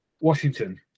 Washington